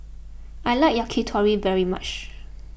I like Yakitori very much